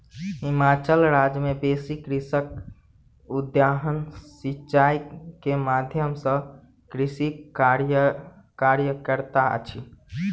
हिमाचल राज्य मे बेसी कृषक उद्वहन सिचाई के माध्यम सॅ कृषि कार्य करैत अछि